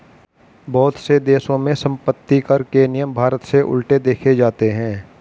बहुत से देशों में सम्पत्तिकर के नियम भारत से उलट देखे जाते हैं